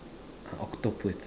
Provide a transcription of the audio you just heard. ah octopus